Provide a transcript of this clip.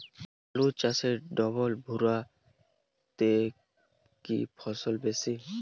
আলু চাষে ডবল ভুরা তে কি ফলন বেশি?